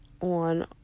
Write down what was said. on